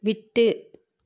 விட்டு